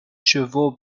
chevaux